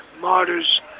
Martyrs